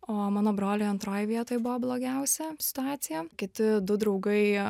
o mano broliui antroj vietoj buvo blogiausia situacija kiti du draugai